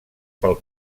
pel